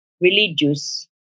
religious